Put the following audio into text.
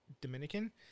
Dominican